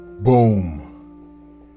boom